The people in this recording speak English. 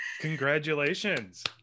congratulations